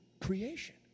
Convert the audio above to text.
creation